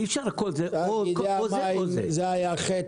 אי אפשר הכל --- תאגידי מים זה היה חטא